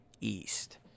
East